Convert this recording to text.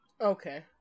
Okay